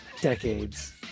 decades